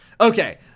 okay